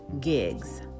gigs